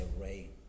Ray